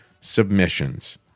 submissions